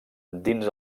dins